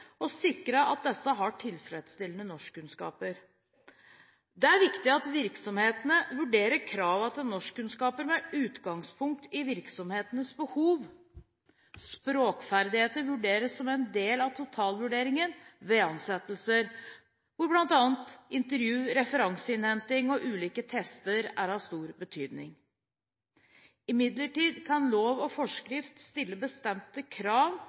sikre at disse har tilfredsstillende norskkunnskaper. Det er viktig at virksomhetene vurderer kravene til norskkunnskaper med utgangspunkt i virksomhetens behov. Språkferdigheter vurderes som en del av totalvurderingen ved ansettelser, hvor bl.a. intervju, referanseinnhenting og ulike tester er av stor betydning. Imidlertid kan lov og forskrift stille bestemte krav